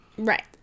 Right